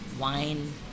Wine